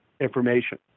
information